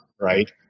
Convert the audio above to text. Right